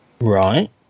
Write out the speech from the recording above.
Right